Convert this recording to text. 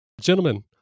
gentlemen